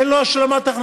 ואז אין לו השלמת הכנסה.